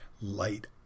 light